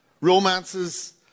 romances